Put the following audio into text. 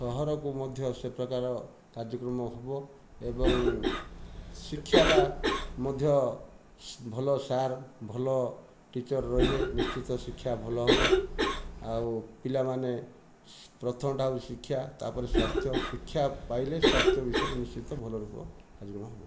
ସହରକୁ ମଧ୍ୟ ସେ ପ୍ରକାର କାର୍ଯ୍ୟକ୍ରମ ହେବ ଏବଂ ଶିକ୍ଷାଟା ମଧ୍ୟ ଭଲ ସାର୍ ଭଲ ଟିଚର ରହିଲେ ନିଶ୍ଚିତ ଶିକ୍ଷା ଭଲ ହେବ ଆଉ ପିଲାମାନେ ପ୍ରଥମଟା ହେଉଛି ଶିକ୍ଷା ଆଉ ତାପରେ ସ୍ୱାସ୍ଥ୍ୟ ଶିକ୍ଷା ପାଇଲେ ସ୍ୱାସ୍ଥ୍ୟ ବିଷୟରେ ନିଶ୍ଚିତ ଭଲ